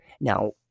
Now